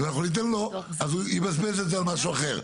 אם אנחנו ניתן לו אז הוא יבזבז את זה על משהו אחר.